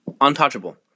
untouchable